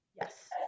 yes